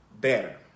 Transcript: better